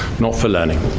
not for learning.